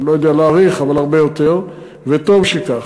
אני לא יודע להעריך, אבל הרבה יותר, וטוב שכך.